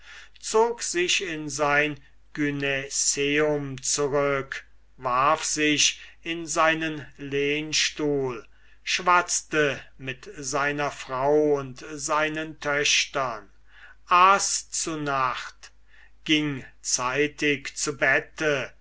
zog sich in sein gynäceum zurück warf sich in seinen lehnstuhl schwatzte mit seiner frau und seinen töchtern aß zu nacht ging zeitig zu bette